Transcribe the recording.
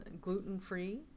gluten-free